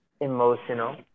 emotional